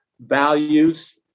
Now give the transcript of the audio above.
values